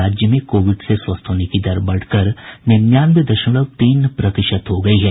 राज्य में कोविड से स्वस्थ होने की दर बढ़कर निन्यानवे दशमलव तीन प्रतिशत हो गयी है